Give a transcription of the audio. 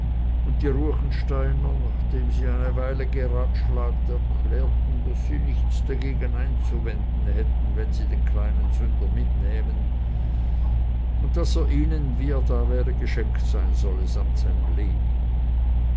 und die ruechensteiner nachdem sie eine weile geratschlagt erklärten daß sie nichts dagegen einzuwenden hätten wenn sie den kleinen sünder mitnähmen und daß er ihnen wie er da wäre geschenkt sein solle samt seinem leben